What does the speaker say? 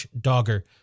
Dogger